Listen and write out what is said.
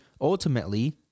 ultimately